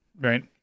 right